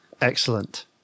excellent